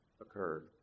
occurred